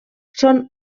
són